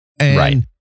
Right